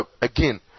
again